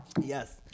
Yes